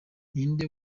ninde